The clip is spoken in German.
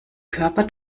körper